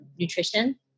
nutrition